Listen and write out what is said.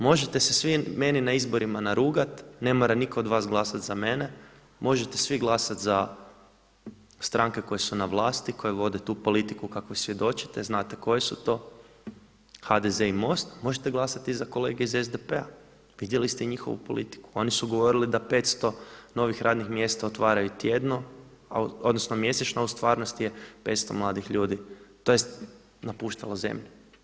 Možete se svi meni na izborima narugati, ne mora nitko od vas glasati za mene, možete svi glasati za stranke koje su na vlasti, koje vode tu politiku kako i svjedočite, znate koje su to, HDZ i MOST, možete glasati i za kolege iz SDP-a, vidjeli ste i njihovu politiku, oni su govorili da 500 novih radnih mjesta otvaraju tjedno, odnosno mjesečno a u stvarnosti je 500 mladih ljudi, tj. napuštalo zemlju.